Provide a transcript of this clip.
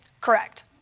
Correct